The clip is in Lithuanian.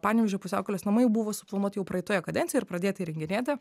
panevėžio pusiaukelės namai buvo suplanuoti jau praeitoje kadencijo ir pradėti įrenginėti